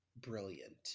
brilliant